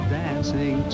dancing